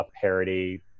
parody